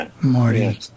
Marty